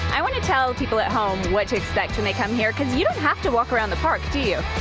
i want to tell people at home what to expect when they come here, because you don't have to walk along the park, do you?